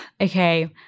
okay